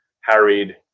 harried